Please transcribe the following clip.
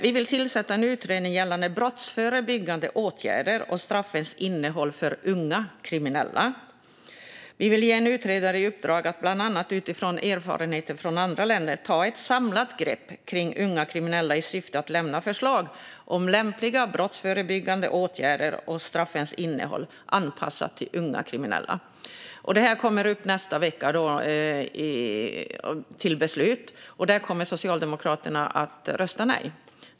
Vi vill tillsätta en utredning gällande brottsförebyggande åtgärder och straffens innehåll för unga kriminella. Vi vill ge en utredare i uppdrag att bland annat utifrån erfarenheter från andra länder ta ett samlat grepp kring unga kriminella i syfte att lämna förslag på lämpliga brottsförebyggande åtgärder och straffens innehåll anpassat till unga kriminella. Detta kommer upp för beslut nästa vecka, och då kommer Socialdemokraterna att rösta nej.